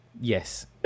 yes